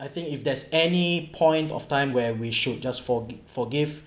I think if there's any point of time where we should just forgiv~ forgive